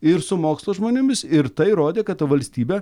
ir su mokslo žmonėmis ir tai rodė kad ta valstybė